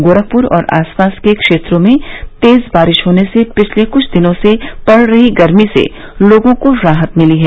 गोरखप्र और आसपास के क्षेत्रों में तेज बारिश होने से पिछले कुछ दिनों से पड़ रही गर्मी से लोगों को राहत मिली है